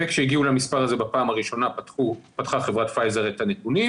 וכשהגיעו למספר הזה בפעם הראשונה פתחה חברת פייזר את הנתונים